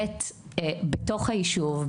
ב' בתוך היישוב,